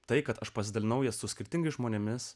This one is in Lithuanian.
tai kad aš pasidalinau su skirtingais žmonėmis